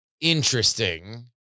interesting